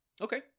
Okay